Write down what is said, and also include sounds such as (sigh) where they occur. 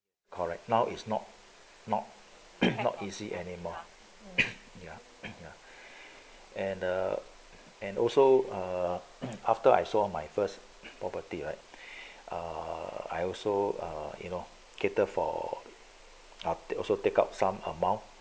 correct now is not not (coughs) not easy anymore (coughs) ya ya and the and also uh after I saw my first property right err I also uh you know cater for up to also take up some amount